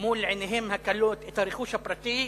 מול עיניהם הכלות את הרכוש הפרטי,